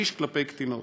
שליש כלפי קטינות.